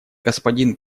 господин